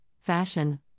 fashion